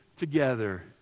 together